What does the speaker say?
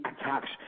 attacks